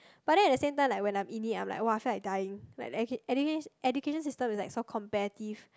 but then at the same time like when I'm in it I'm like [wah] feel like dying like edu~ education system is like so competitive